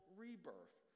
rebirth